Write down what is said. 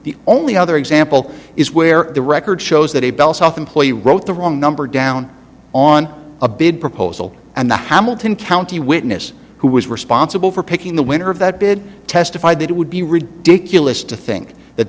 the only other example is where the record shows that a bell south employee wrote the wrong number down on a bid proposal and the hamilton county witness who was responsible for picking the winner of that bid testified that it would be ridiculous to think that